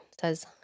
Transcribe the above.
says